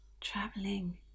traveling